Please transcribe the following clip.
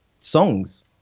songs